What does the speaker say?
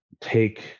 take